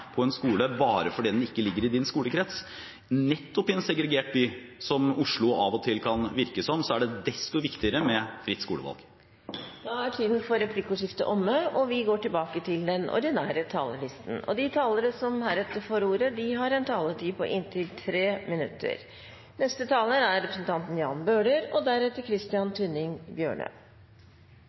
på en skole bare fordi den ikke ligger i din skolekrets. Nettopp i en segregert by, som Oslo av og til kan virke som, er det desto viktigere med fritt skolevalg. Da er replikkordskiftet omme. De talere som heretter får ordet, har en taletid på inntil 3 minutter. Etter 22 år med Reform 94 og etter at alle regjeringer og storting siden den tid har snakket om at det avgjørende er